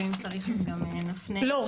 ואם צריך אז גם נפנה --- לא,